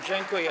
Dziękuję.